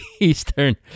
Eastern